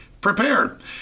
prepared